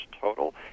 total